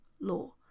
law